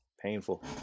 Painful